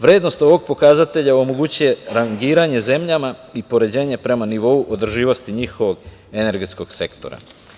Vrednost ovog pokazatelja omogućuje rangiranje zemljama i poređenje prema nivou održivosti njihovog energetskog sektora.